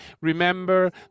remember